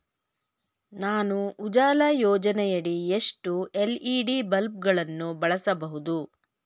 ನಾನು ಉಜಾಲ ಯೋಜನೆಯಡಿ ಎಷ್ಟು ಎಲ್.ಇ.ಡಿ ಬಲ್ಬ್ ಗಳನ್ನು ಬಳಸಬಹುದು?